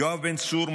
יואב בן צור,